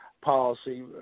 policy